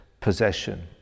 possession